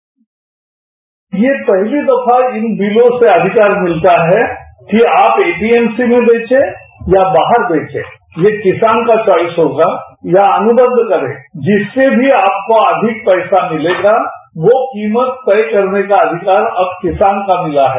bite ये पहली दफा इन बिलों से अधिकार मिलता है कि आप एपीएमसी में बेंचे या बाहर बेंचे ये किसान का च्वाइस होगा या अनुबद्ध करें जिससे भी आपको अधिक पैसा मिलेगा वो कीमत तय करने का अधिकार अब किसान को मिला है